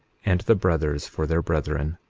and the brothers for their brethren.